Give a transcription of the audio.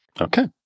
Okay